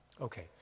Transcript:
Okay